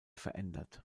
verändert